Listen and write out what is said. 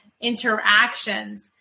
interactions